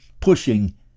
pushing